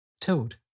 Toad